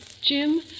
Jim